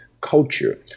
culture